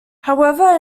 however